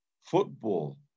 football